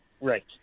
Right